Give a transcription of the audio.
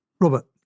Robert